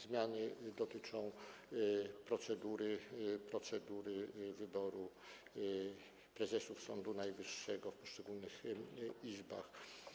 Zmiany dotyczą również procedury wyboru prezesów Sądu Najwyższego w poszczególnych izbach.